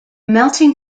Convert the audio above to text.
melting